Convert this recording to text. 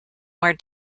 where